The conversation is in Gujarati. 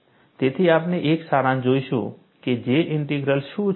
તેથી આપણે એક સારાંશમાં જોઈશું કે J ઇન્ટિગ્રલ શું છે